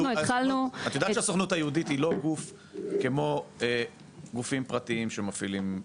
את יודעת שהסוכנות היהודית היא לא גוף כמו גופים פרטיים שמפעילים.